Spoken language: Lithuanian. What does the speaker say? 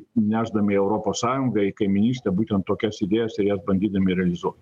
įnešdami į europos sąjungą į kaimynystę būtent tokias idėjas ir jas bandydami realizuot